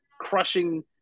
crushing